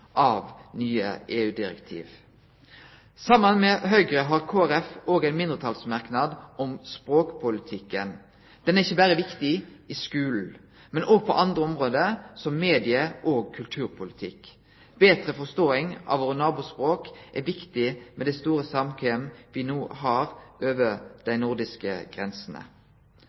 av nye EU-direktiv. Saman med Høgre har Kristeleg Folkeparti òg ein mindretalsmerknad om språkpolitikken. Han er viktig ikkje berre i skulen, men òg på andre område, som medie- og kulturpolitikk. Betre forståing av våre nabospråk er viktig med det store samkvemmet me no har over dei nordiske grensene.